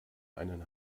einen